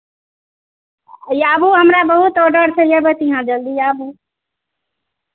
आबू हमरा बहुत ऑर्डर छै अयबै तऽ अहाँ जलदी आबू